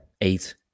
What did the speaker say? eight